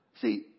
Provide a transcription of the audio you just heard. See